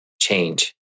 change